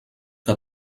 que